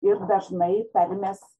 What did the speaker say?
ir dažnai tarmės